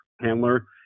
handler